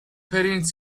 پرینت